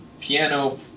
piano